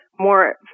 more